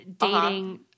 dating